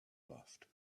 laughed